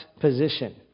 position